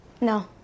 No